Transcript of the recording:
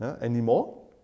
anymore